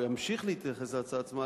או אמשיך להתייחס להצעה עצמה,